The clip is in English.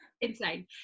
insane